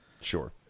sure